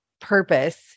purpose